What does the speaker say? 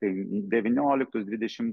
tai devynioliktus dvidešimt